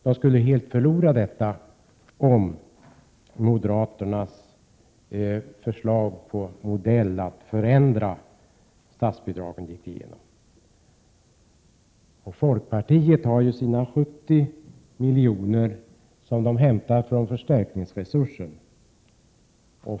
De skulle helt förlora detta om moderaternas förslag till modell för ändrat statsbidragssystem gick igenom. Folkpartiet har sina 70 miljoner som man hämtat från förstärkningsresursen.